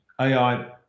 AI